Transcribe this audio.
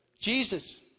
Jesus